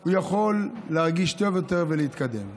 הוא יכול להרגיש טוב יותר ולהתקדם.